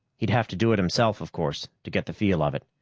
he'd have to do it himself, of course, to get the feel of it.